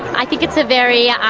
i think it's a very